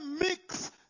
mix